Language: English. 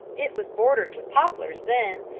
it was bordered with poplars then,